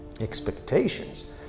Expectations